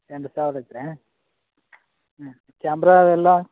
ಎಂಟು ಸಾವಿರ ಐತ ರೀ ಹ್ಞೂ ಕ್ಯಾಮ್ರಾ ಅವೆಲ್ಲ